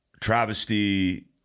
travesty